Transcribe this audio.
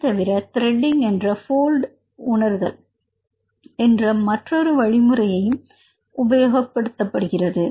இது தவிர த்ரெட்டிங் என்ற போல்ட் உணர்தல் என்ற மற்றொரு வழிமுறையும் உபயோகப்படுத்தப்படுகிறது